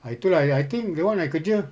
ah itu lah ya I think that one I kerja